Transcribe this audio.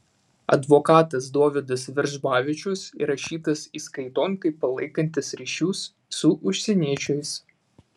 advokatas dovydas veržbavičius įrašytas įskaiton kaip palaikantis ryšius su užsieniečiais